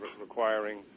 requiring